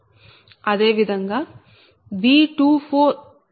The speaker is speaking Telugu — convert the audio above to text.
అదే విధంగా V2fV20 Z24Z44V401